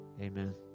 amen